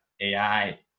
ai